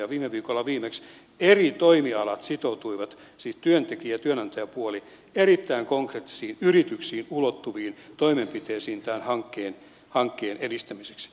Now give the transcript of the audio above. viimeksi viime viikolla eri toimialat sitoutuivat siis työntekijä ja työnantajapuoli erittäin konkreettisiin yrityksiin ulottuviin toimenpiteisiin tämän hankkeen edistämiseksi